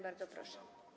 Bardzo proszę.